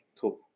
cool